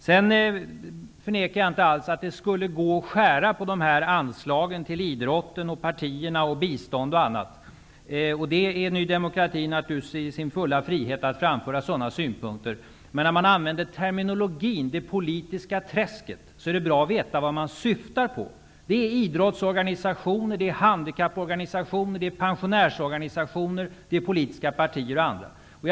Jag förnekar inte alls att det skulle gå att skära i anslagen till idrotten, till partierna, till bistånd och annat, och Ny demokrati har naturligtvis sin fulla frihet att framföra sådana synpunkter. Men när man använder uttrycket ''det politiska träsket'' är det bra att veta vad som åsyftas med detta. Det är idrottsorganisationer, handikapporganisationer, pensionärsorganisationer, politiska partier osv.